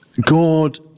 God